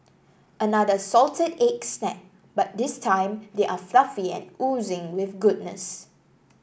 another salted egg snack but this time they are fluffy and oozing with goodness